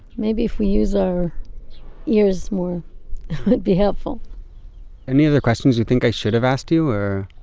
maybe if we use our ears more would be helpful any other questions you think i should have asked you, or